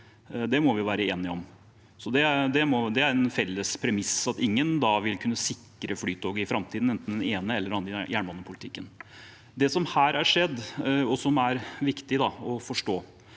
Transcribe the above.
det må vi være enige om. Det er et felles premiss at ingen da ville kunne sikre Flytoget i framtiden, enten det er den ene eller den andre i jernbanepolitikken. Til det som her har skjedd, og som er viktig å forstå